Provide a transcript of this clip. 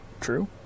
true